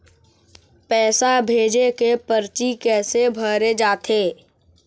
पैसा भेजे के परची कैसे भरे जाथे?